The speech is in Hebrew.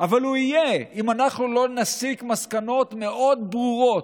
אבל הוא יהיה אם אנחנו לא נסיק מסקנות מאוד ברורות,